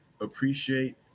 appreciate